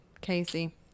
Casey